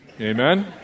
Amen